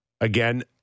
Again